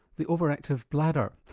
the overactive bladder.